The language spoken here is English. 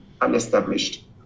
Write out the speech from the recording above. unestablished